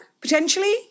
potentially